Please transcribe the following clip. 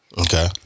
Okay